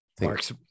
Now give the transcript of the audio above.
Marks